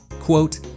Quote